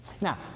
Now